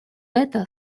это